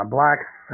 Black's